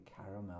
caramel